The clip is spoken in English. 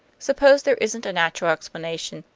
suppose there isn't a natural explanation!